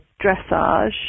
dressage